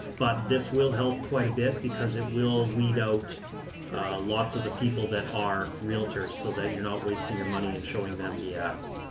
but this will help quite a bit because it will weed out lots of the people that are realtors so that you're not wasting your money and showing them the ads.